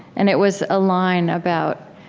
and it was a line about